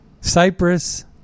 Cyprus